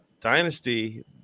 dynasty